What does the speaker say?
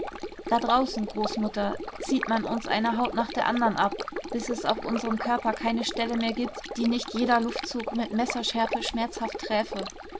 da draußen großmutter zieht man uns eine haut nach der anderen ab bis es auf unserem körper keine stelle mehr gibt die nicht jeder luftzug mit messerschärfe schmerzhaft träfe